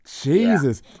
Jesus